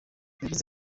yagize